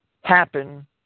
happen